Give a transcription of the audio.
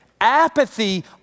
Apathy